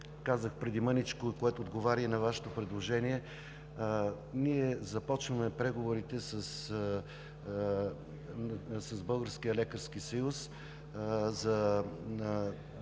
казах преди малко, което отговаря и на Вашето предложение. Ние започваме преговорите с Българския лекарски съюз за